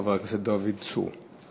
חבר הכנסת דוד צור.